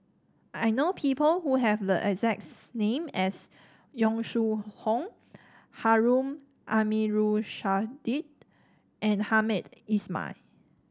I know people who have the exact name as Yong Shu Hoong Harun Aminurrashid and Hamed Ismail